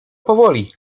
powoli